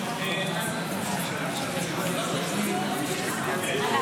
המדינה (הוראת שעה, חרבות ברזל),